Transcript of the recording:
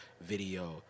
video